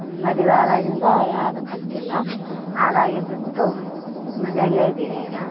ಮದುವೆ ಆದಾಗಿಂದ ಯಾವ್ದು ಕಲ್ತಿಲ್ಲ ಹಾಗಾಗಿ ಬಿಟ್ಟು ಮನೆಯಲ್ಲೇ ಇದೀವಿ ಈಗ